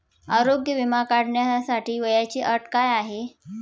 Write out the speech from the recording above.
आरोग्य विमा काढण्यासाठी वयाची अट काय आहे?